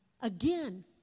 Again